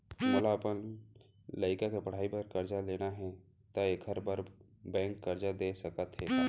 मोला अपन लइका के पढ़ई बर करजा लेना हे, त एखर बार बैंक करजा दे सकत हे का?